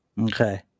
Okay